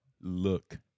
look